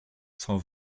cent